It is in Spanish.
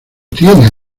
tiene